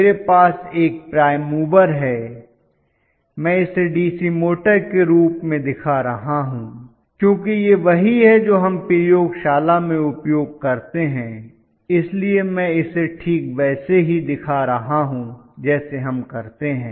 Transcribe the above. मेरे पास एक प्राइम मूवर है मैं इसे डीसी मोटर के रूप में दिखा रहा हूं क्योंकि यह वही है जो हम प्रयोगशाला में उपयोग करते हैं इसलिए मैं इसे ठीक वैसे ही दिखा रहा हूं जैसे हम करते हैं